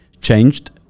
changed